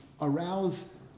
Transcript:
arouse